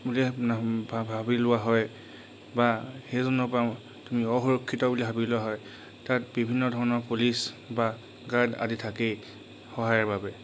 বুলি ভাবি লোৱা হয় বা সেইজনৰপৰা তুমি অসুৰক্ষিত বুলি ভাবি লোৱা হয় তাত বিভিন্ন ধৰণৰ পুলিচ বা গাৰ্ড আদি থাকেই সহায়ৰ বাবে